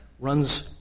Runs